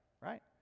right